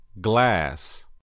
glass